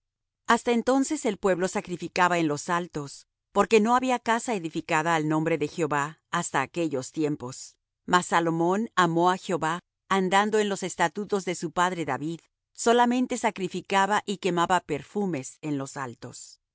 hasta entonces el pueblo sacrificaba en los altos porque no había casa edificada al nombre de jehová hasta aquellos tiempos mas salomón amó á jehová andando en los estatutos de su padre david solamente sacrificaba y quemaba perfumes en los altos e